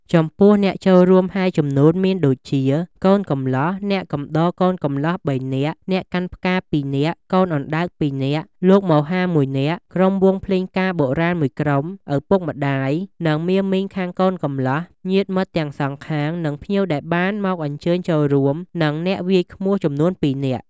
ចំពោះអ្នកចូលរួមហែជំនូនមានដូចជាកូនកំលោះ ,អ្នកកំដរកូនកំលោះ ៣នាក់, អ្នកកាន់ផ្កា ២នាក់ ,កូនអណ្តើក ២នាក់ ,លោកមហា ១នាក់ ,ក្រុមវង់ភ្លេងការបុរាណ១ក្រុម ,ឪពុកម្តាយ និងមាមីងខាងកូនកំលោះ ញាតិមិត្តទាំងសងខាង និងភ្ញៀវដែលបានមកអញ្ជើញចូលរួម និងអ្នកវាយឃ្មោះចំនួន២នាក់។